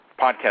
podcast